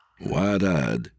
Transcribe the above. Wide-eyed